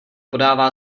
podává